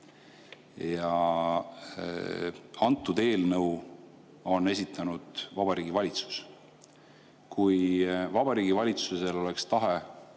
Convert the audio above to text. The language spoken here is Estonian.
hea käitumine. Eelnõu on esitanud Vabariigi Valitsus. Kui Vabariigi Valitsusel oleks tahe